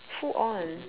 full on